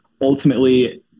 ultimately